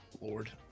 Lord